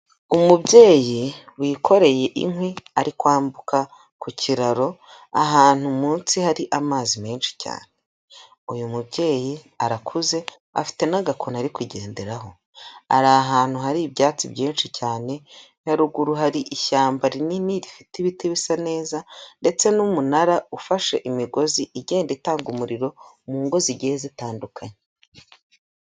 Umubyeyi wikoreye inkwi, ari kwambuka ku kiraro ahantu munsi hari amazi menshi cyane, uyu mubyeyi arakuze, afite n'agakoni ari kugenderaho, ari ahantu hari ibyatsi byinshi cyane, haruguru hari ishyamba rinini rifite ibiti bisa neza, ndetse n'umunara ufashe imigozi igenda itanga umuriro mu ngo zigiye zitandukanye.